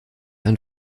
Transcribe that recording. ein